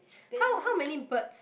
then